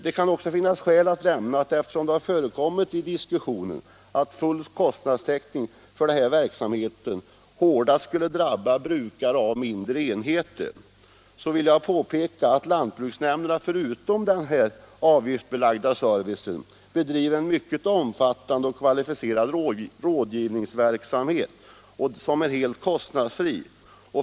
Det kan också finnas skäl att nämna, eftersom det i diskussionen har förekommit uppgifter om att full kostnadstäckning för den här verksamheten hårdast skulle drabba brukare av mindre enheter, att lantbruksnämnderna förutom denna avgiftsbelagda service bedriver en mycket omfattande och kvalificerad rådgivningsverksamhet, som är helt kostnadsfri.